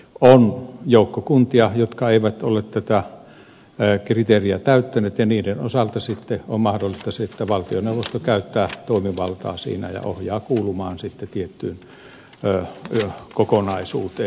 on joukko kuntia jotka eivät ole tätä kriteeriä täyttäneet ja niiden osalta sitten on mahdollista se että valtioneuvosto käyttää toimivaltaa siinä ja ohjaa kuulumaan sitten tiettyyn kokonaisuuteen